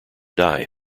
die